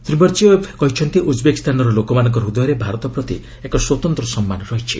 Shri Mirziyoyev କହିଛନ୍ତି ଉଜ୍ବେକିସ୍ତାନର ଲୋକମାନଙ୍କ ହୃଦୟରେ ଭାରତ ପ୍ରତି ଏକ ସ୍ୱତନ୍ତ୍ର ସମ୍ମାନ ରହିଛି